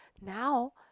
Now